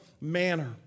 manner